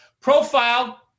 profile